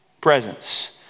presence